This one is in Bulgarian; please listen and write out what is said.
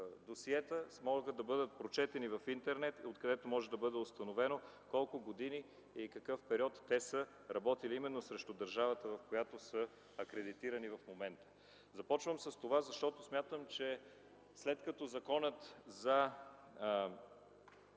досиета могат да бъдат прочетени в Интернет, откъдето може да бъде установено колко години и какъв период те са работили именно срещу държавата, в която са акредитирани в момента. Започвам с това, защото смятам, че след като Законът за